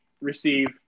receive